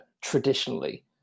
traditionally